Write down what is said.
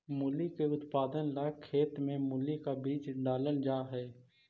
मूली के उत्पादन ला खेत में मूली का बीज डालल जा हई